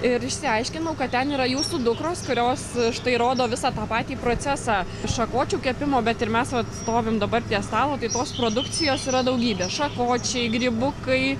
ir išsiaiškinau kad ten yra jūsų dukros kurios štai rodo visą tą patį procesą šakočių kepimo bet ir mes stovim dabar prie stalo tai tos produkcijos yra daugybė šakočiai grybukai